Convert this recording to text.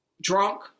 drunk